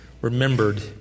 remembered